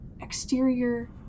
exterior